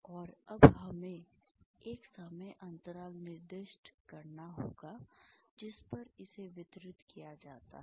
और अब हमें एक समय अंतराल निर्दिष्ट करना होगा जिस पर इसे वितरित किया जाता है